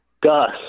Gus